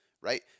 right